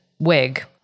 wig